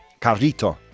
Carrito